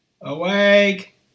Awake